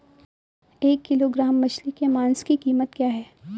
एक किलोग्राम मछली के मांस की कीमत क्या है?